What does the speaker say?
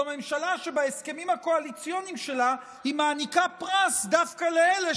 זאת ממשלה שבהסכמים הקואליציוניים שלה היא מעניקה פרס לאלה